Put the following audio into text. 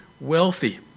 wealthy